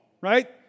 right